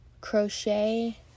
crochet